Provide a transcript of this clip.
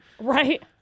Right